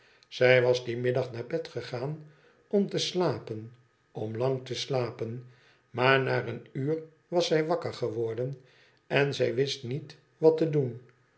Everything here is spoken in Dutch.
zij was dien middag naar bed gegaan odi te slapen om lang te slapen maar na een uur was zij wakker geworden en zij wist niet wat te doen